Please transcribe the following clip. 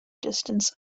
distance